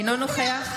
אינו נוכח